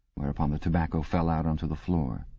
whereupon the tobacco fell out on to the floor.